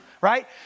right